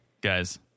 Guys